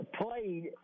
played